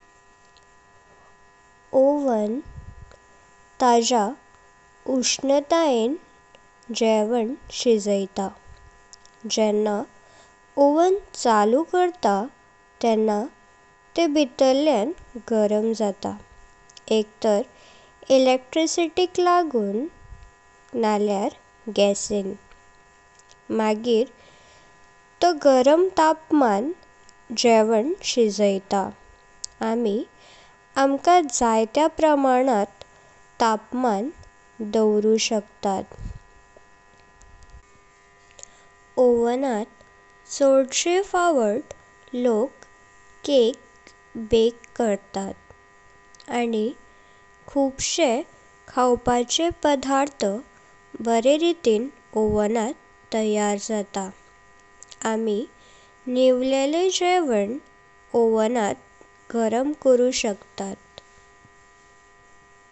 Oven ताजा उष्णतायें जेवण शिजेता। जेना ओवन चालू करता तेन्ना तेह भितानल्यान गरम जाता, एक तार इलेक्ट्रिसिटीक लागून नल्यार गासिन। मग्र तो गरम तापमान जेवण शिजेता। आमी आम्का जाई त्य प्रमाणांत तापमान दवरू शकता। ओवनान चडशे फावात लोक्क केक बेक करतात आणि खुबशे खावपाचे पदार्थ बरे रीतिन ओवनांत तयार जाता। आमी न्हिवलेले जेवण ओवनांत गरम करू शकता।